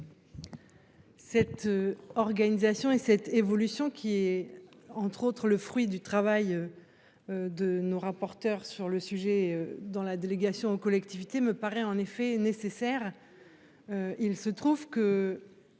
Cette organisation et cette évolution qui est entre autres le fruit du travail. De nos rapporteurs sur le sujet dans la délégation aux collectivités me paraît en effet nécessaire. Il se trouve que.